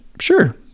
Sure